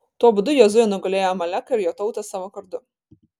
tuo būdu jozuė nugalėjo amaleką ir jo tautą savo kardu